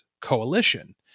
coalition